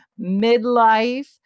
midlife